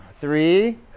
Three